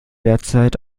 derzeit